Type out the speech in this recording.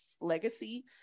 legacy